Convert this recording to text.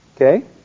Okay